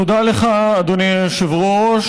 תודה לך, אדוני היושב-ראש.